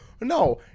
No